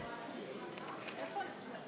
סעיפים 1 13, כהצעת